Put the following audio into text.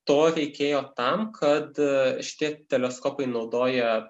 to reikėjo tam kad šitie teleskopai naudoja